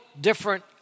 different